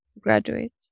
graduate